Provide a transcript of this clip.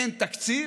אין תקציב,